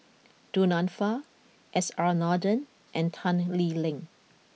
Du Nanfa S R Nathan and Tan Lee Leng